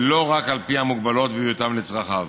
ולא רק על פי המוגבלות, ויותאם לצרכיו.